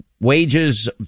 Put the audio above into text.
wages